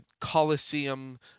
Colosseum